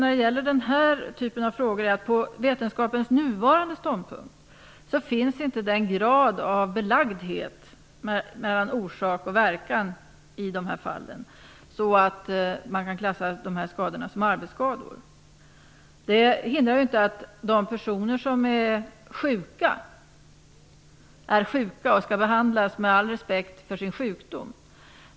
När det gäller den här typen av frågor får man nog konstatera att på vetenskapens nuvarande ståndpunkt är inte orsak och verkan så belagt i dessa fall att skadorna kan klassas som arbetsskador. De hindrar inte att de personer som uppger att de är sjuka faktiskt är sjuka och skall behandlas med all respekt för sin sjukdom.